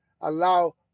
allow